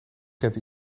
kent